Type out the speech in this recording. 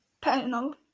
panel